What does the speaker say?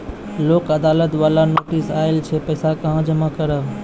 लोक अदालत बाला नोटिस आयल छै पैसा कहां जमा करबऽ?